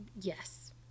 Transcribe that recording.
yes